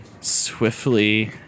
swiftly